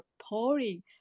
pouring